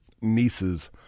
niece's